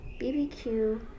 BBQ